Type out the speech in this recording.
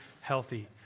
healthy